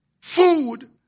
Food